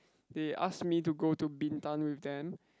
they ask me to go to Bintan with them